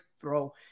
throw